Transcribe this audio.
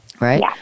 Right